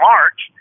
March